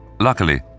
Luckily